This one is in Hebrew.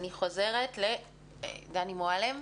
אני חוזרת לדני מועלם.